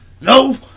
No